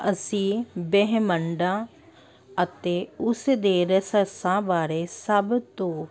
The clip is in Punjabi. ਅਸੀਂ ਬ੍ਰਹਿਮੰਡਾਂ ਅਤੇ ਉਸ ਦੇ ਰਹੱਸਾਂ ਬਾਰੇ ਸਭ ਤੋਂ